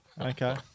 Okay